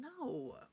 no